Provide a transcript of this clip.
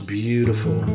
beautiful